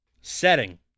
Setting